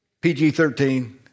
PG-13